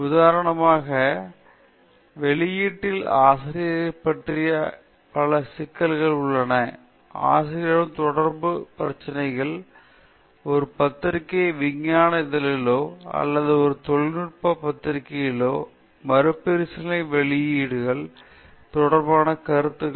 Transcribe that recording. உதாரணமாக வெளியீட்டில் ஆசிரியரைப் பற்றிய பல சிக்கல்கள் உள்ளன ஆசிரியருடன் தொடர்புடைய பிரச்சினைகள் ஒரு பத்திரிகை விஞ்ஞான இதழிலோ அல்லது ஒரு தொழில்நுட்ப பத்திரிகையிலோ மறுபரிசீலனை வெளியீட்டு தொடர்பான கருத்துத் திருட்டு பிரச்சினைகள்